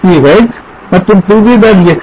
sch மற்றும் pv